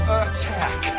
attack